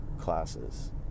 classes